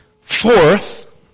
Fourth